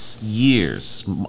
years